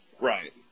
Right